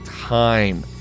time